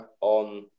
on